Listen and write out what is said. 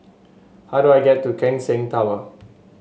how do I get to Keck Seng Tower